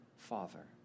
father